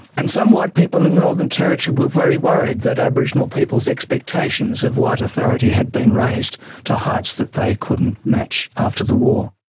and some white people in the northern territory were very worried that aboriginal people's expectations of white authority had been raised to heights that they couldn't match after the war.